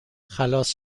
خلاص